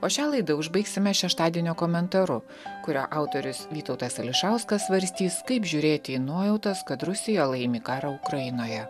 o šią laidą užbaigsime šeštadienio komentaru kurio autorius vytautas ališauskas svarstys kaip žiūrėti į nuojautas kad rusija laimi karą ukrainoje